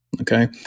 Okay